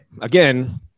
Again